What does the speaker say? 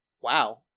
wow